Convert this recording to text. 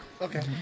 Okay